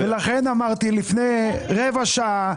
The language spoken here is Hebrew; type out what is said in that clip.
ולכן אמרתי לפני כרבע שעה,